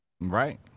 Right